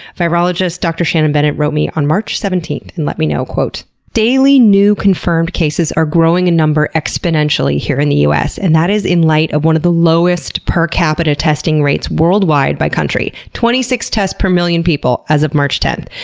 virologist dr. shannon bennett wrote me on march seventeenth and let me know daily new confirmed cases are growing in number exponentially here in the us, and that is in light of one of the lowest per-capita testing rates worldwide by country twenty six tests per million people, as of march tenth.